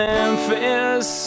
Memphis